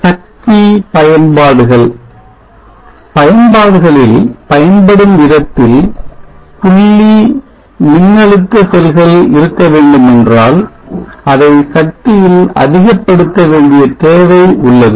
சக்தி பயன்பாடுகள் பயன்பாடுகளில் பயன்படும் விதத்தில் புளி மின்னழுத்த செல்கள் இருக்கவேண்டுமென்றால் அதை சக்தியில் அதிகப் படுத்தப்பட வேண்டிய தேவை உள்ளது